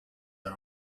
are